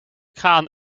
kraan